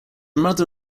mother